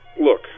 look